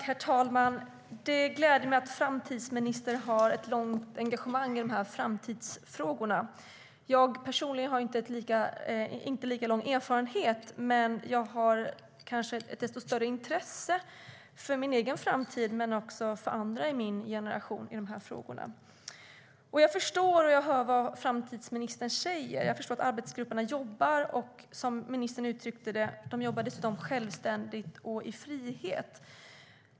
Herr talman! Det gläder mig att framtidsministern länge har haft ett engagemang i dessa framtidsfrågor. Jag personligen har inte lika lång erfarenhet, men jag har kanske ett desto större intresse för min egen framtid men också för andra i min generation när det gäller dessa frågor. Jag förstår och hör vad framtidsministern säger. Jag förstår att arbetsgrupperna jobbar. De jobbar dessutom, som ministern uttryckte det, självständigt och i frihet.